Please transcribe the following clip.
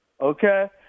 Okay